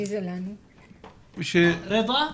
בסדר.